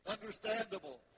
understandable